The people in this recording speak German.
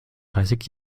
dreißig